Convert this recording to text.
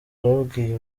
babwiye